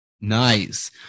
Nice